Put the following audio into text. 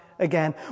again